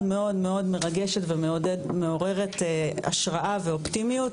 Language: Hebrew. מאוד מרגשת ומעוררת השראה ואופטימיות,